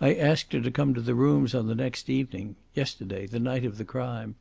i asked her to come to the rooms on the next evening yesterday, the night of the crime